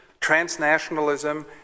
transnationalism